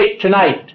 tonight